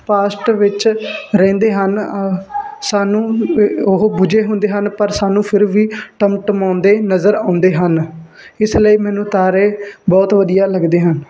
past ਵਿੱਚ ਰਹਿੰਦੇ ਹਨ ਸਾਨੂੰ ਉਹ ਬੁਝੇ ਹੁੰਦੇ ਹਨ ਪਰ ਸਾਨੂੰ ਫਿਰ ਵੀ ਟਿਮ ਟਿਮਾਉਂਦੇ ਨਜ਼ਰ ਆਉਂਦੇ ਹਨ ਇਸ ਲਈ ਮੈਨੂੰ ਤਾਰੇ ਬਹੁਤ ਵਧੀਆ ਲੱਗਦੇ ਹਨ